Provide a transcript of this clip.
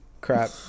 crap